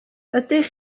ydych